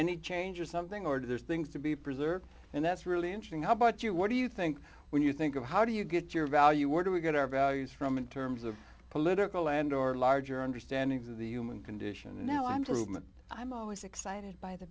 any change or something or there's things to be preserved and that's really interesting about you what do you think when you think of how do you get your value where do we get our values from in terms of political and or larger understandings of the human condition and now i'm just i'm always excited by the